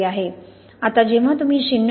आता जेव्हा तुम्ही 0